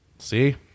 see